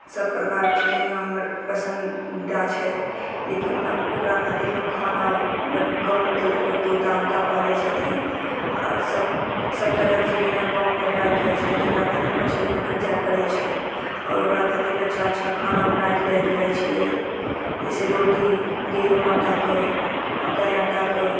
सब प्रकार चिड़ैयाँ हमर पसन्दिदा छै लेकिन ओकरा खातिर हम खाना बन गाँवमे तऽ लोग तोता उता पालै छथिन आओर सब तरहके चिड़ैयाँ गाँवमे नहि पायल जाइ छै जेकरा खातिर ने चिड़ियाँ घर जाय पड़ै छै आओर ओकरा खातिर लए अच्छा अच्छा खाना बनाएके लै के जाइ छियै जैसे रोटी गेहूॅं आटाके मकइ आटा के